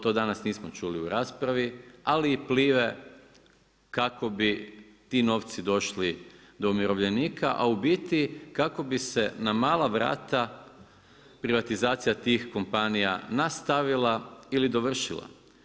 To danas nismo čuli u raspravi, ali i Plive, kako bi ti novci došli do umirovljenika, a u biti, kako bi se na mala vrata privatizacija tih kompanija nastavila ili dovršila.